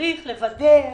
צריך לוודא,